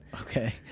Okay